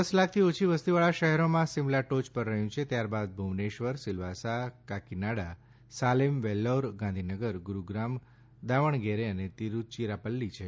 દસ લાખથી ઓછી વસતીવાળા શહેરોમાં સિમલા ટોય પર રહ્યું છે ત્યારબાદ ભુવનેશ્વર સિલવાસા કાકિનાડા સાલેમ વેલ્લોર ગાંધીનગર ગુરૂગ્રામ દાવણગેરે અને તિરૂચિરાપલ્લી છે